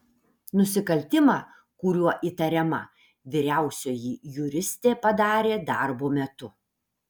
nusikaltimą kuriuo įtariama vyriausioji juristė padarė darbo metu